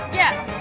yes